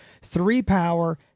three-power